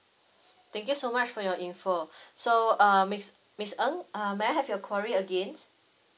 thank you so much for your info so err miss miss ng err may I have your query again